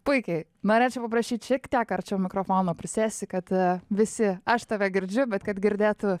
puikiai norėčiau paprašyt šiek tiek arčiau mikrofono prisėsti kad visi aš tave girdžiu bet kad girdėtų